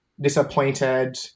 disappointed